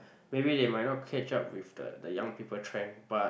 maybe they might not catch up with the the young people trend but